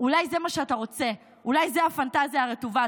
אולי זה מה שאתה רוצה, אולי זו הפנטזיה הרטובה.